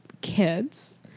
kids